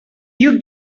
you